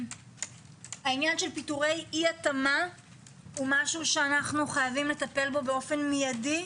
העניין של פיטורי אי-התאמה הוא משהו שאנו חייבים לטפל בו מיידית.